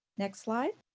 next slide.